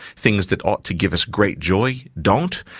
things that ought to give us great joy, don't.